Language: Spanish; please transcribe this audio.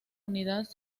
unidad